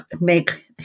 make